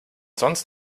sonst